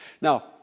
Now